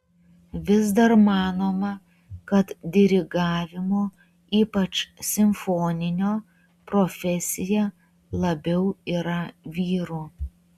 vis dar manoma kad dirigavimo ypač simfoninio profesija labiau yra vyrų